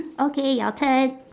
okay your turn